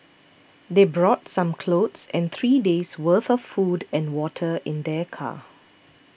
they brought some clothes and three days' worth of food and water in their car